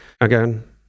Again